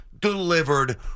delivered